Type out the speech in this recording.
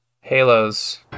halos